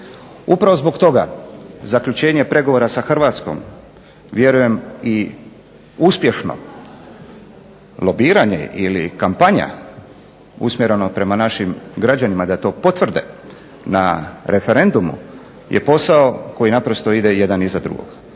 Upravo zbog toga zaključenje pregovara sa Hrvatskom vjerujem i uspješno lobiranje ili kampanja usmjereno prema našim građanima da to potvrde na referendumu je posao koji ide jedan iza drugog.